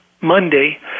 Monday